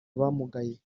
abamugaye